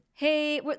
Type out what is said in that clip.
Hey